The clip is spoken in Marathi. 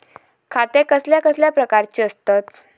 खाते कसल्या कसल्या प्रकारची असतत?